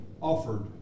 offered